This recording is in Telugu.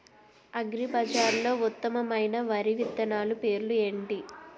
అగ్రిబజార్లో ఉత్తమమైన వరి విత్తనాలు పేర్లు ఏంటి?